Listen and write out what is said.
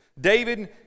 David